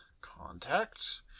contact